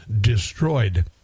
destroyed